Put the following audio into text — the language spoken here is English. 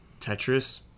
Tetris